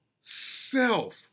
self